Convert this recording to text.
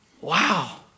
Wow